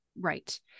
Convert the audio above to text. Right